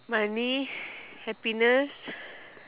money happiness